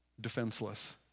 Defenseless